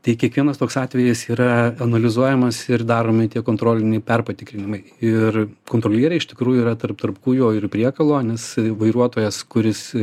tai kiekvienas toks atvejis yra analizuojamas ir daromi tie kontroliniai perpatikrinimai ir kontrolieriai iš tikrųjų yra tarp tarp kūjo ir priekalo nes vairuotojas kuris